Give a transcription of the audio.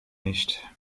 nicht